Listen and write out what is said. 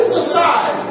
decide